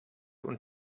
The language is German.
und